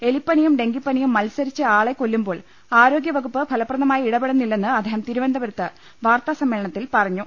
എലിപ്പനിയും ഡെങ്കിപ്പനിയും മത്സരിച്ച് ആളെ കൊല്ലു മ്പോൾ ആരോഗ്യവകുപ്പ് ഫലപ്രദമായി ഇടപെടുന്നില്ലെന്ന് അദ്ദേഹം തിരു വനന്തപു രത്ത് വാർത്താസമ്മേള നത്തിൽ പറഞ്ഞു